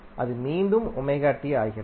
அது மீண்டும் ஆகிறது